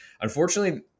unfortunately